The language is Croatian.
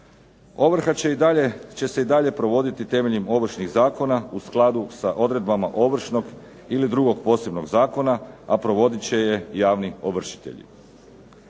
Ovrha će se i dalje provoditi temeljem Ovršnih zakona u skladu sa odredbama Ovršnog ili drugog zakona a provodit će je javni ovršitelji.